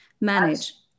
manage